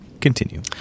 continue